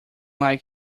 like